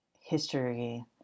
history